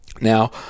Now